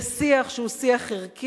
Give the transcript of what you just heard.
זה שיח ערכי,